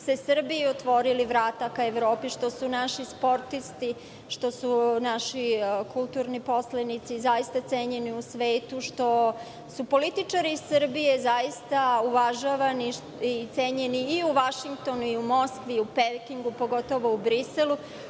se Srbiji otvorila vrata ka Evropi, što su naši sportisti, što su naši kulturni poslenici zaista cenjeni u svetu, što su političari iz Srbije zaista uvažavani i cenjeni i u Vašingtonu i u Moskvi i u Pekingu, pogotovo u Briselu.